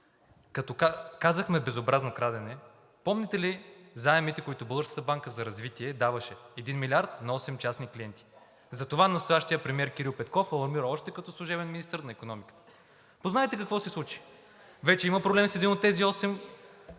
Като казахме безобразно крадене, помните ли заемите, които Българската банка за развитие даваше – 1 милиард на 8 частни клиенти? Затова настоящият премиер Кирил Петков алармира още като служебен министър на икономиката Познайте какво се случи – вече има проблем с един от тези 8,